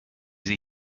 sie